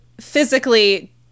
physically